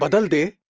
but ali.